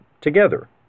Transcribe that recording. together